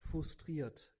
frustriert